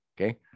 Okay